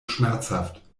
schmerzhaft